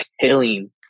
killing